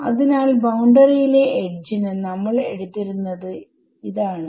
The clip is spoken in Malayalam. അതിനാൽ ബൌണ്ടറി യിലെ എഡ്ജ് ന് നമ്മൾ എടുത്തിരുന്നത് ആണ്